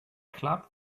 club